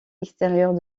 extérieure